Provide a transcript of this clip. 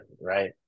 right